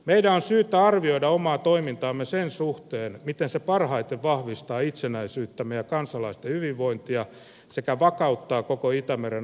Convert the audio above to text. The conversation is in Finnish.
meidän on syytä arvioida omaa toimintaamme sen suhteen miten se parhaiten vahvistaa itsenäisyyttämme ja kansalaisten hyvinvointia sekä vakauttaa koko itämeren alueen tilannetta